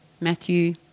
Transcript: Matthew